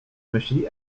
myśli